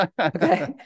Okay